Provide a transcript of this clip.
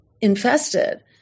infested